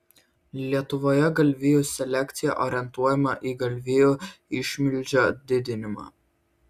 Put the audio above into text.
lietuvoje galvijų selekcija orientuojama į galvijų išmilžio didinimą